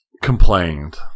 complained